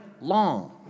long